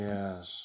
Yes